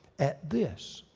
at this,